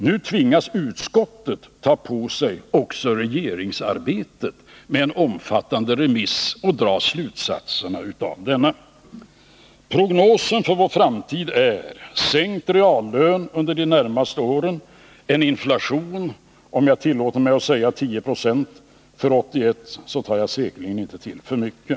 Nu tvingas också utskottet med en omfattande remiss ta på sig regeringsarbetet och dra slutsatserna av det hela. Prognosen för vår framtid är denna: Sänkning av reallönen under de närmaste åren och inflation — om jag tillåter mig att nämna siffran 10 70 för 1981 tar jag säkerligen inte till för mycket.